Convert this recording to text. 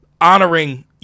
Honoring